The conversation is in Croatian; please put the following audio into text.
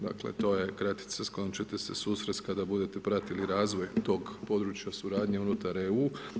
Dakle, to je kratica sa kojom ćete se susresti kada budete pratili razvoj tog područja suradnje unutar EU.